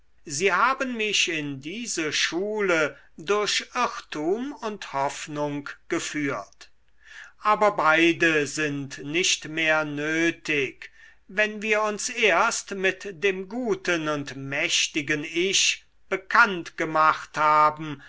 sie haben mich in diese schule durch irrtum und hoffnung geführt aber beide sind nicht mehr nötig wenn wir uns erst mit dem guten und mächtigen ich bekannt gemacht haben